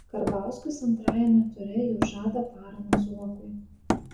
karbauskis antrajame ture jau žada paramą zuokui